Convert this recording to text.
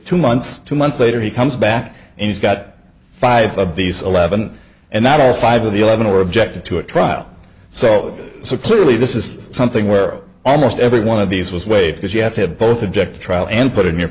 two months two months later he comes back and he's got five of these eleven and not all five of the eleven or objected to a trial so so clearly this is something where almost every one of these was weighed because you have to have both object trial and put in your